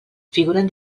figuren